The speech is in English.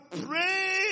pray